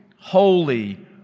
holy